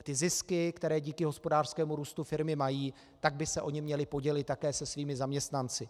Ty zisky, které díky hospodářskému růstu firmy mají, tak by se o ně měly podělit také se svými zaměstnanci.